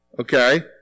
Okay